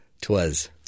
Twas